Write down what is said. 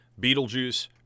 Beetlejuice